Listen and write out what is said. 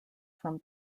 from